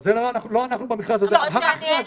לא אנחנו במכרז הזה אבל מי שזכה.